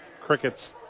crickets